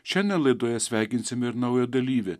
šiandien laidoje sveikinsim ir naują dalyvį